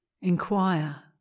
inquire